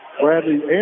Bradley